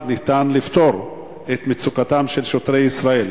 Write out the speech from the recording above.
ניתן לפתור את מצוקתם של שוטרי ישראל.